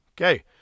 Okay